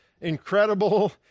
Incredible